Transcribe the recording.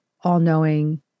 all-knowing